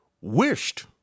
wished